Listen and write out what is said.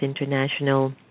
international